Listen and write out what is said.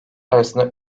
arasında